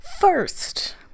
First